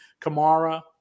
Kamara